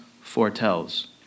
foretells